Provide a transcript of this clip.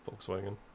Volkswagen